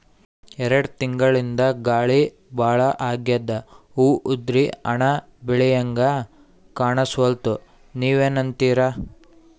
ಎರೆಡ್ ತಿಂಗಳಿಂದ ಗಾಳಿ ಭಾಳ ಆಗ್ಯಾದ, ಹೂವ ಉದ್ರಿ ಹಣ್ಣ ಬೆಳಿಹಂಗ ಕಾಣಸ್ವಲ್ತು, ನೀವೆನಂತಿರಿ?